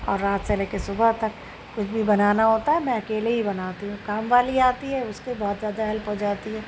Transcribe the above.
اور رات سے لے کے صبح تک کچھ بھی بنانا ہوتا ہے میں اکیلے ہی بناتی ہوں کام والی آتی ہے اس کی بہت زیادہ ہیلپ ہو جاتی ہے